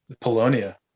polonia